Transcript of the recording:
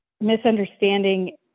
misunderstanding